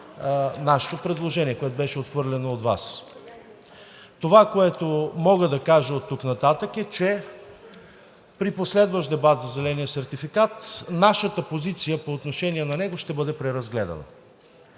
нашето предложение, което беше отхвърлено от Вас. Това, което мога да кажа оттук нататък, е, че при последващ дебат за зеления сертификат нашата позиция по отношение на него ще бъде преразгледана.